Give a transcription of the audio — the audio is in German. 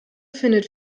findet